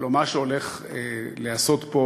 הלוא מה שהולך להיעשות פה